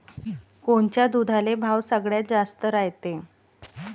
कोनच्या दुधाले भाव सगळ्यात जास्त रायते?